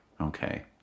Okay